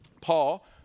Paul